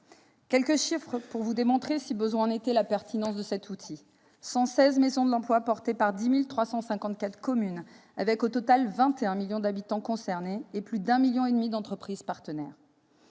quelques chiffres afin de démontrer, si besoin est, la pertinence de cet outil : 116 maisons de l'emploi portées par 10 354 communes pour 21 millions d'habitants concernés et plus de 1,5 million d'entreprises partenaires.